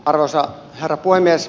arvoisa herra puhemies